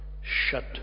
shut